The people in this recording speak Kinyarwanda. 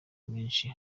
menshi